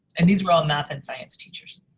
and these were all math and science teachers.